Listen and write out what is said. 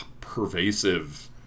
pervasive